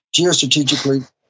geostrategically